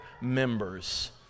members